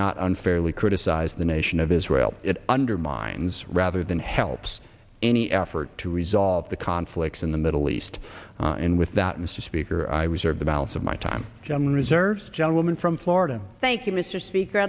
not unfairly criticized the nation of israel it undermines rather than helps any effort to resolve the conflicts in the middle east and with that mr speaker i reserve the balance of my time john reserves gentleman from florida thank you mr speaker